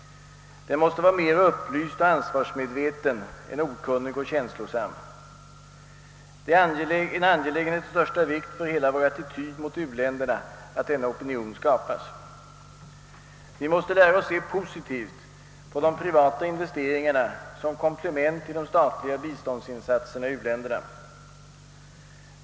Den måste vara mera upplyst och ansvarsmedve ten än okunnig och känslosam. Det är en angelägenhet av största vikt för hela vår attityd mot u-länderna att denna opinion skapas. Vi måste lära oss att se positivt på de privata investeringarna som komplement till de statliga biståndsinsatserna i u-länderna.